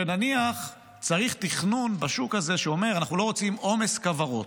שנניח צריך תכנון בשוק הזה שאומר שאנחנו לא רוצים עומס כוורות.